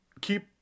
keep